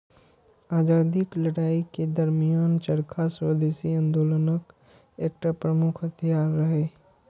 आजादीक लड़ाइ के दरमियान चरखा स्वदेशी आंदोलनक एकटा प्रमुख हथियार रहै